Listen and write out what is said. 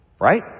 Right